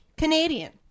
Canadian